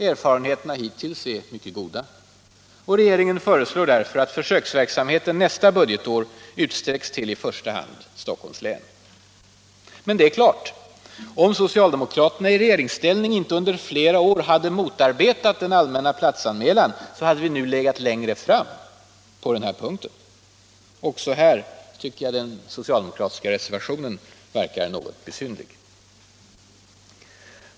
Erfarenheterna är hittills mycket goda. Regeringen föreslår därför att försöksverksamheten nästa budgetår utsträcks till i första hand Stockholms län. Men det är klart att om socialdemokraterna i regeringsställning inte under flera år hade motarbetat frågan om den allmänna platsanmälan, så hade vi nu legat längre fram med verksamheten. Också här framstår den socialdemokratiska reservationen som något besynnerlig.